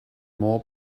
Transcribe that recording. more